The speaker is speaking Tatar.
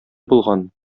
булган